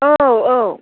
औ औ